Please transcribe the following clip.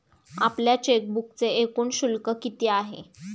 आपल्या चेकबुकचे एकूण शुल्क किती आहे?